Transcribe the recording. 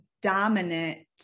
dominant